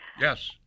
Yes